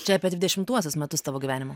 čia apie dvidešimtuosius metus tavo gyvenimo